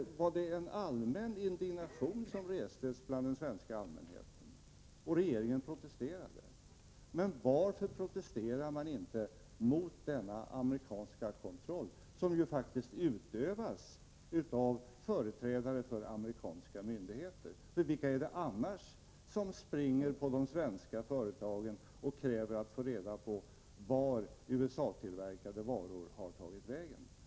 Då uppstod en allmän indignation bland den svenska allmänheten, och regeringen protesterade. Men varför protesterar man inte mot den amerikanska kontroll som faktiskt utövas av företrädare för amerikanska myndigheter? Vilka är det annars som springer på de svenska företagen och kräver att få reda på vart USA tillverkade varor har tagit vägen?